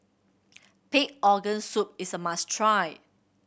pig organ soup is a must try